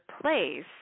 place